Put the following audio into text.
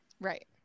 Right